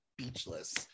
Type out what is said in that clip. Speechless